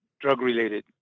drug-related